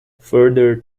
further